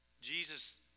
Jesus